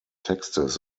texts